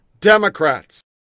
Democrats